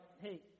hey